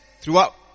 throughout